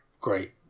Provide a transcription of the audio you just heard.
great